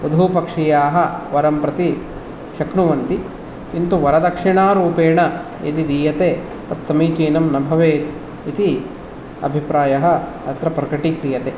वधूपक्षीयाः वरं प्रति शक्नुवन्ति किन्तु वरदक्षिणारूपेण यदि दीयते तत् समीचीनं न भवेत् इति अभिप्रायः अत्र प्रकटीक्रियते